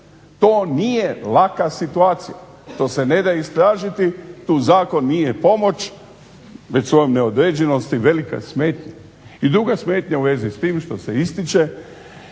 To nije laka situacija, to se neda istražiti, tu zakon nije pomoć već svojom neodređenosti velika smetnja. I druga smetnja u vezi s tim što se ističe